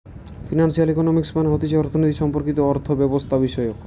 financial economics মানে হতিছে অর্থনীতি সম্পর্কিত অর্থব্যবস্থাবিষয়ক